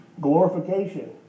glorification